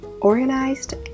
organized